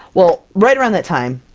well right around that time,